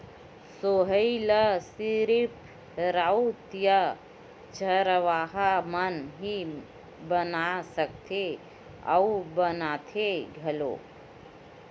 सोहई ल सिरिफ राउत या चरवाहा मन ही बना सकथे अउ बनाथे घलोक